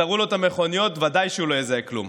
תראו לו את המכוניות, ודאי שהוא לא יזהה כלום,